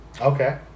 Okay